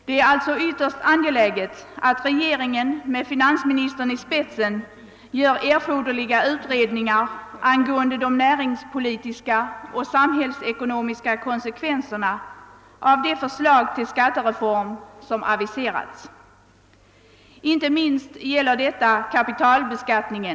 Det är alltså ytterst angeläget att regeringen med finansministern i spetsen gör erforderliga utredningar angående de näringspolitiska och samhällsekonomiska konsekvenserna av det förslag till skattereform som aviserats. Inte minst gäller detta kapitalbeskattningen.